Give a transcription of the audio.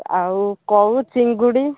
ଆଉ କଉ ଚିଙ୍ଗୁଡ଼ି